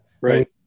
Right